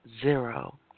Zero